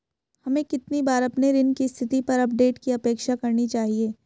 हमें कितनी बार अपने ऋण की स्थिति पर अपडेट की अपेक्षा करनी चाहिए?